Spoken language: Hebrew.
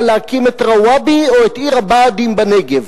להקים את רוואבי או את עיר הבה"דים בנגב,